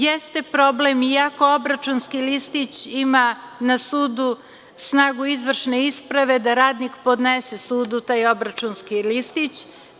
Jeste problem, iako obračunski listić ima na sudu snagu izvršne isprave, da radnik podnese sudu taj obračunski listić.